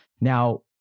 now